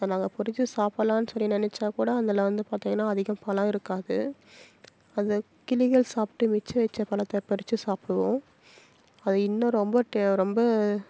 அதை நாங்கள் பறித்து சாப்பிட்லான்னு சொல்லி நெனைச்சாக்கூட அதில் வந்து பார்த்திங்கன்னா அதிகம் பழம் இருக்காது அந்த கிளிகள் சாப்பிட்டு மிச்சம் வெச்ச பழத்த பறித்து சாப்பிடுவோம் அது இன்னும் ரொம்ப ரொம்ப